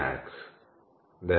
Nag Professor P